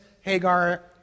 Hagar